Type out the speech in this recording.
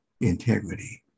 integrity